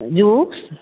हँ जूस